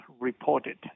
reported